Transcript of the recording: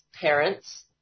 parents